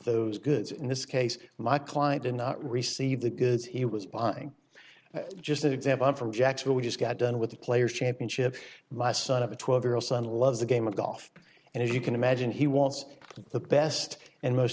those goods in this case my client did not receive the goods he was buying just an example from jack's where we just got done with the players championship my son of a twelve year old son loves the game of golf and as you can imagine he wants the best and most